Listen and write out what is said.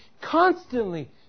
constantly